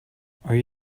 are